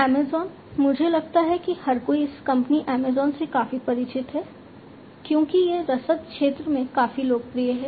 Amazon मुझे लगता है कि हर कोई इस कंपनी अमेज़ॅन से काफी परिचित है क्योंकि यह रसद क्षेत्र में काफी लोकप्रिय है